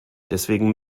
deswegen